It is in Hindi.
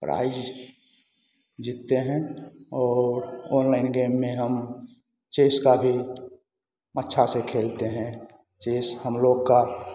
प्राइज़ जीतते हैं और अनलाइन गेम में हम चेस का भी अच्छा से खेलते हैं छेस हम लोग का